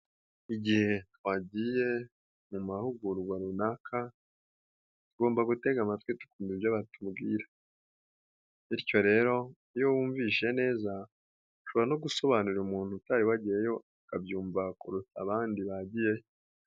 Igihe twagiye mu mahugurwa runaka tugomba gutega amatwi tukumva ibyo batubwira, bityo rero iyo wumvise neza ushobora no gusobanurira umuntu utari wagiyeyo akabyumva kuruta abandi bagiyeyo.